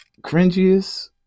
cringiest